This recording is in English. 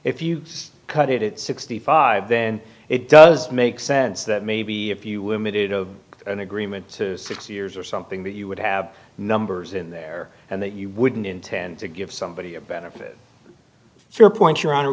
if you cut it at sixty five then it does make sense that maybe a few women did of an agreement six years or something that you would have numbers in there and that you wouldn't intend to give somebody a benefit fair point your hon